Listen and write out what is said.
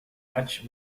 much